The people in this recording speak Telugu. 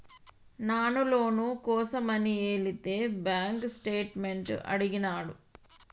నాను లోను కోసమని ఎలితే బాంక్ స్టేట్మెంట్ అడిగినాడు